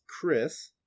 Chris